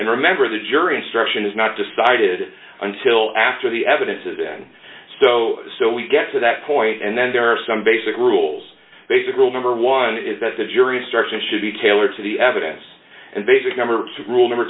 and remember the jury instruction is not decided until after the evidence is in so so we get to that point and then there are some basic rules basic rule number one is that the jury instructions should be tailored to the evidence and basic number rule number